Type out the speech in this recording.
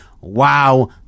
wow